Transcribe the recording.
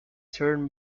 turn